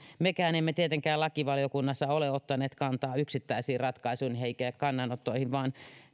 mekään emme tietenkään lakivaliokunnassa ole ottaneet kantaa yksittäisiin ratkaisuihin emmekä kannanottoihin vaan